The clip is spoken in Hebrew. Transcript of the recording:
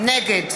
נגד